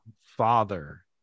father